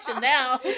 now